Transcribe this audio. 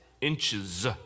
inches